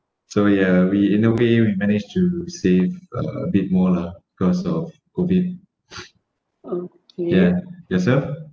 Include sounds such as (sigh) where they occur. so ya we in a way we managed to save a bit more lah cause of COVID (breath) (noise) ya yourself